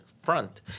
front